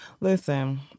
listen